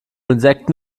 insekten